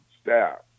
staff